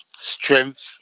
Strength